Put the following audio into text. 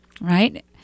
right